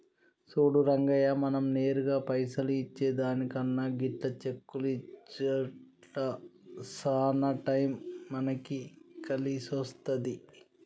సూడు రంగయ్య మనం నేరుగా పైసలు ఇచ్చే దానికన్నా గిట్ల చెక్కులు ఇచ్చుట్ల సాన టైం మనకి కలిసొస్తాది